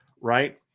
right